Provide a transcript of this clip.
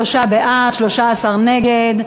73 בעד, 13 נגד.